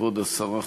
כבוד השרה,